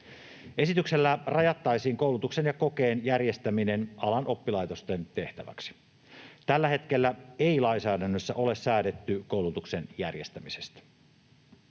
Esityksellä rajattaisiin koulutuksen ja kokeen järjestäminen alan oppilaitosten tehtäväksi. Tällä hetkellä lainsäädännössä ei ole säädetty koulutuksen järjestämisestä.